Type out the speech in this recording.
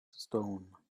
stone